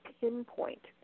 pinpoint